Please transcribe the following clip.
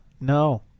No